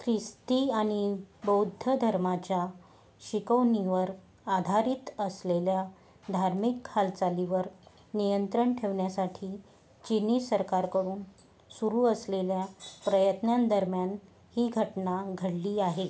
ख्रिस्ती आणि बौद्ध धर्माच्या शिकवणीवर आधारित असलेल्या धार्मिक हालचालीवर नियंत्रण ठेवण्यासाठी चिनी सरकारकळून सुरू असलेल्या प्रयत्नांदरम्यान ही घटना घडली आहे